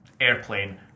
Airplane